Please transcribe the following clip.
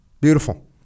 Beautiful